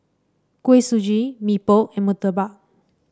Kuih Suji Mee Pok and murtabak